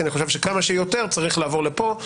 כי אני חושב שכמה שיותר צריך לעבור לפה,